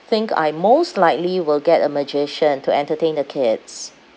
think I most likely will get a magician to entertain the kids